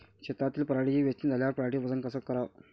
शेतातील पराटीची वेचनी झाल्यावर पराटीचं वजन कस कराव?